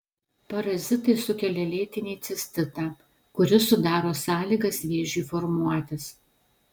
parazitai sukelia lėtinį cistitą kuris sudaro sąlygas vėžiui formuotis